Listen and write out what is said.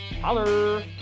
Holler